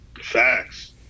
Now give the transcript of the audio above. Facts